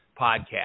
podcast